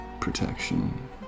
protection